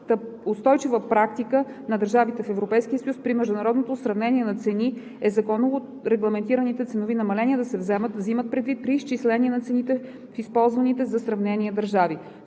устойчива практика на държавите в Европейския съюз при международното сравнение на цени е законово регламентираните ценови намаления да се взимат предвид при изчисление на цените в използваните за сравнение държави.